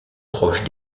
proche